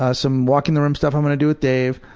ah some walking the room stuff i'm gonna do with dave,